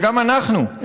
וגם אנחנו,